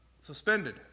suspended